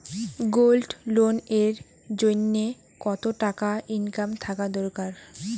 Gold loan এর জইন্যে কতো টাকা ইনকাম থাকা দরকার?